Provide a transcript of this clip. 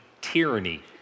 tyranny